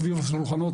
סביב השולחנות,